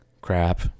crap